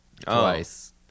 twice